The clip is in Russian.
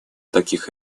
таких